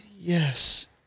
yes